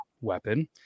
weapon